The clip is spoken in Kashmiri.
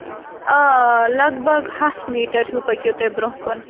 آ لَگ بَگ ہَتھ میٖٹَر ہیوٗ پٔکِو تُہۍ برونٛہہ کُن